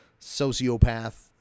sociopath